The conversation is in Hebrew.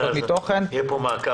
יהיה כאן מעקב.